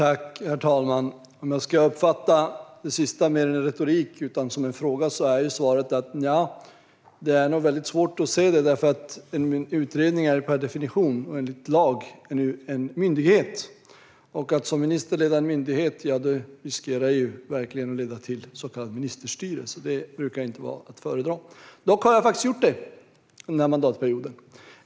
Herr talman! Om jag ska uppfatta det sista inte som retorik utan som en fråga är svaret: Nja, det är nog väldigt svårt att se det, för en utredning är per definition och enligt lag en myndighet. Om en minister leder en myndighet riskerar det verkligen att leda till så kallat ministerstyre, så det brukar inte vara att föredra. Dock har jag faktiskt gjort det under den här mandatperioden!